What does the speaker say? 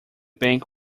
bank